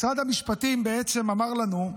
משרד המשפטים בעצם אמר לנו: